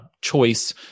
choice